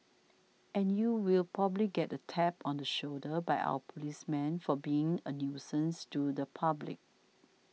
and you will probably get a tap on the shoulder by our policemen for being a nuisance to the public